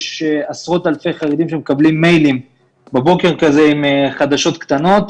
שיש עשרות אלפי חרדים שמקבלים מיילים בבוקר כזה עם חדשות קטנות,